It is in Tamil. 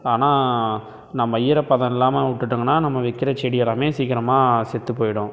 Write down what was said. ஆனால் நம்ம ஈரப்பதம் இல்லாமல் விட்டுட்டோம்னால் நம்ம வைக்கிற செடி எல்லாமே சீக்கிரமாக செத்து போய்டும்